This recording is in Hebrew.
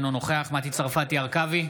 אינו נוכח מטי צרפתי הרכבי,